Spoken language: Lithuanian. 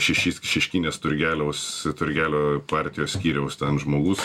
šešis šeškinės turgeliaus turgelio partijos skyriaus ten žmogus